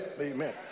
Amen